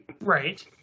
right